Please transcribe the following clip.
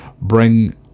bring